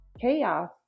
chaos